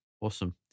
Awesome